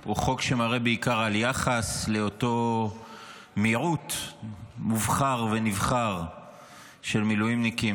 הוא חוק שמראה בעיקר על יחס לאותו מיעוט מובחר ונבחר של מילואימניקים.